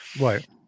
right